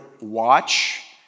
watch